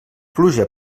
pluja